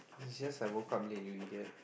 it's just I woke up late you idiot